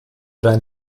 deinen